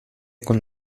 con